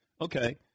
Okay